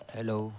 hello